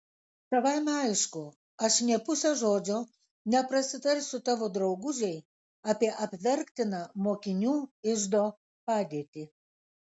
savaime aišku aš nė puse žodžio neprasitarsiu tavo draugužei apie apverktiną mokinių iždo padėtį